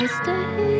stay